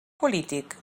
polític